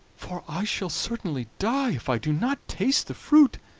for i shall certainly die if i do not taste the fruit,